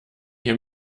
hier